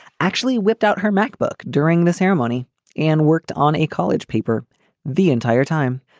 actually whipped out her macbook during the ceremony and worked on a college paper the entire time.